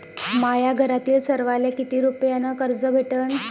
माह्या घरातील सर्वाले किती रुप्यान कर्ज भेटन?